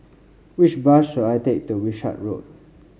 which bus should I take to Wishart Road